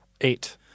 Eight